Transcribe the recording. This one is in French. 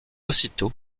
aussitôt